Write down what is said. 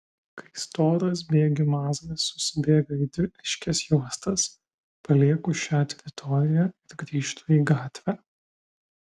kai storas bėgių mazgas susibėga į dvi aiškias juostas palieku šią teritoriją ir grįžtu į gatvę